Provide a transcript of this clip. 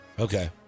Okay